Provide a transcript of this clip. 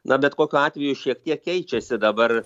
na bet kokiu atveju šiek tiek keičiasi dabar